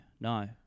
no